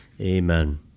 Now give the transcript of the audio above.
Amen